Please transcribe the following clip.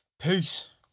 Peace